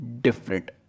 different